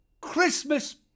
Christmas